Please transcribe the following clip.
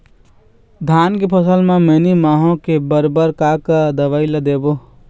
धान के फसल म मैनी माहो के बर बर का का दवई ला देबो?